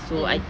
mmhmm